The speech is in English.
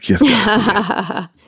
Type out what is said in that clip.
Yes